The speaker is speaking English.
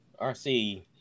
RC